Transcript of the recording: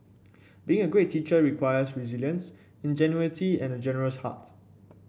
being a great teacher requires resilience ingenuity and a generous heart